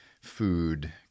food